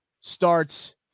starts